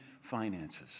finances